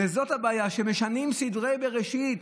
וזאת הבעיה, שמשנים סדרי בראשית.